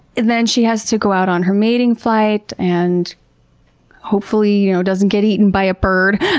and then she has to go out on her mating flight and hopefully, you know, doesn't get eaten by a bird.